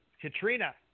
Katrina